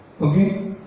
Okay